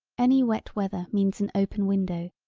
any wet weather means an open window,